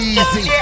Easy